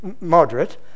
moderate